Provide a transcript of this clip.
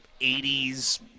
80s